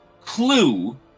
clue